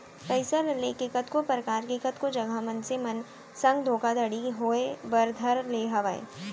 पइसा ल लेके कतको परकार के कतको जघा मनसे मन संग धोखाघड़ी होय बर धर ले हावय